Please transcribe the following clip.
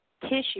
tissue